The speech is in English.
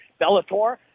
Bellator